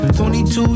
22